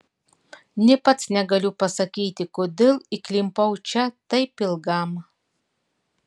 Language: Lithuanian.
nė pats negaliu pasakyti kodėl įklimpau čia taip ilgam